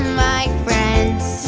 my friends